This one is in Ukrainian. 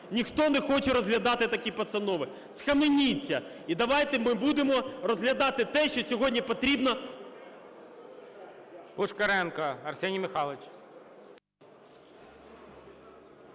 Ніхто не хоче розглядати такі постанови. Схаменіться! І давайте ми будемо розглядати те, що сьогодні потрібно…